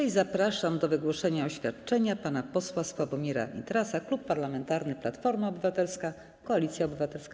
I zapraszam do wygłoszenia oświadczenia pana posła Sławomira Nitrasa, Klub Parlamentarny Platforma Obywatelska - Koalicja Obywatelska.